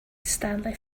stanley